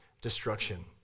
destruction